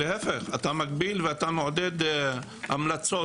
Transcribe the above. להיפך, אתה מגביל ואתה מעודד המלצות.